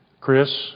Chris